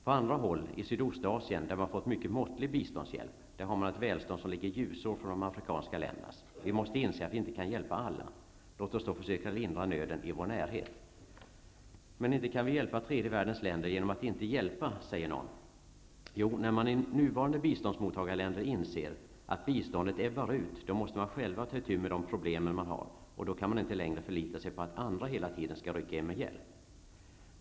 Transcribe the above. På andra håll -- i Sydostasien där man har fått mycket måttlig biståndshjälp -- har man att välstånd som ligger ljusår från de afrikanska ländernas. Vi måste inse att vi inte kan hjälpa alla. Låt oss då försöka lindra nöden i vår närhet. Inte kan vi hjälpa tredje världens länder genom att inte hjälpa säger någon. Jo, när man i nuvarande biståndsmottagarländer inser att biståndet ebbar ut, måste man själv ta itu med problemen och kan inte längre förlita sig på att andra hela tiden rycker in med hjälp.